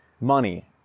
money